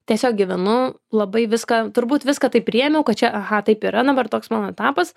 tiesiog gyvenu labai viską turbūt viską taip priėmiau kad čia aha taip yra dabar toks mano etapas